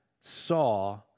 saw